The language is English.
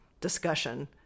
discussion